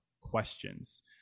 questions